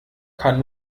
kann